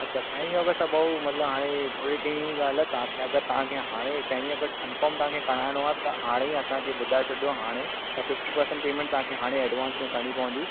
अच्छा पहिरीं अगस्त त भाउ मतिलबु हाणे थोरे ॾींहं जी ॻाल्हि आहे तव्हां खे अगरि तव्हां खे हाणे ई पहिरीं अगस्त कन्फर्म तव्हां खे कराइणो आहे त हाणे ई असांखे ॿुधाए छॾियो हाणे त फिफ्टी परसेंट पेमेंट तव्हां खे हाणे एडवांस में करिणी पवंदी